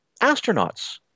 astronauts